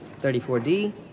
34D